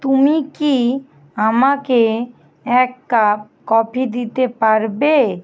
তুমি কি আমাকে এক কাপ কফি দিতে পারবে